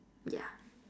yeah